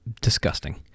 disgusting